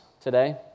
today